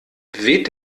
weht